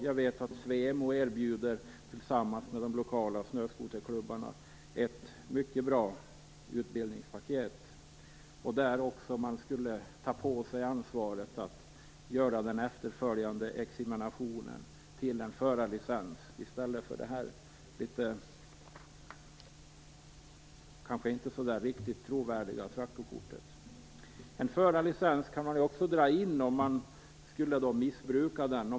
Jag vet att SVEMO tillsammans med de lokala snöskoterklubbarna erbjuder ett mycket bra utbildningspaket. De skulle också ta på sig ansvaret för en efterföljande examination för förarlicensen, i stället för traktorkortet som kanske inte är riktigt trovärdigt. En förarlicens kan också dras in om föraren skulle missbruka den.